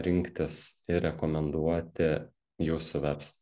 rinktis ir rekomenduoti jūsų verslą